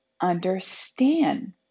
understand